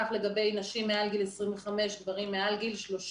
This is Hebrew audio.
כך לגבי נשים מעל גיל 25 וגברים מעל גיל 35,